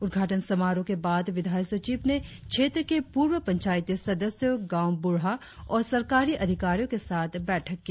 उद्घाटन समारोह के बाद विधायी सचिव ने क्षेत्र के पूर्व पंचायती सदस्यों गांव बूढ़ा और सरकारी अधिकारियों के साथ बैठक की